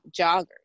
joggers